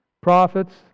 Prophets